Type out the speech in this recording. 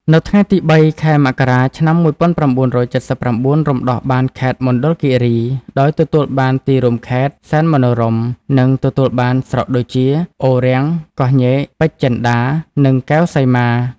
នៅថ្ងៃទី ០៣ ខែមករា ឆ្នាំ ១៩៧៩ រំដោះបានខេត្តមណ្ឌលគិរី ដោយទទួលបានទីរួមខេត្ត សែនមនោរម្យ និងទទួលបានស្រុកដូចជា អូររាំង កោះញែក ពេជ្រចិន្តា និងកែវសីមា។